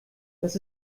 das